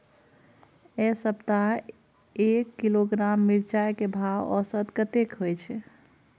ऐ सप्ताह एक किलोग्राम मिर्चाय के भाव औसत कतेक होय छै?